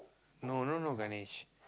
no no no Ganesh